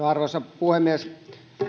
arvoisa puhemies